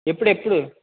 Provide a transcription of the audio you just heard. ఎప్పుడు ఎప్పుడు